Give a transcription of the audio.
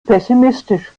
pessimistisch